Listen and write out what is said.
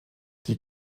die